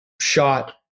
shot